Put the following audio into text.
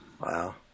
Wow